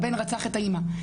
הבן רצח את האימא.